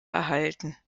erhalten